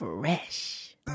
Fresh